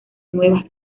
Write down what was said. nuevas